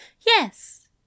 Yes